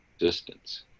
existence